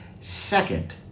Second